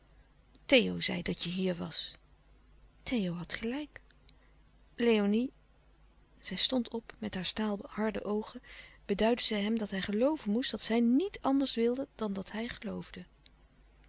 theo zei dat je hier was theo had gelijk léonie zij stond op en met haar staalharde oogen beduidde zij hem dat hij gelooven moest dat zij niet anders wilde dan dat hij geloofde